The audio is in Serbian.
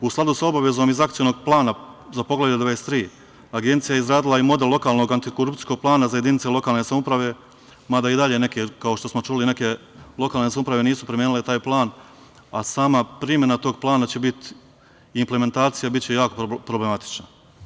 U skladu sa obavezom iz Akcionog plana za Poglavlje 23 Agencija je izradila i model lokalnog antikorupcijskog plana za jedinice lokalne samouprave, mada i dalje, kao što smo čuli, neke lokalne samouprave nisu promenile taj plan, a sama primena tog plana i implementacija će biti jako problematična.